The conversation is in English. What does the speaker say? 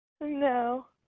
No